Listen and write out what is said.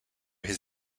his